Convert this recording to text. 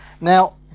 Now